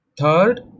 third